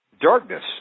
Darkness